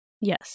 Yes